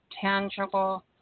Tangible